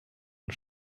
und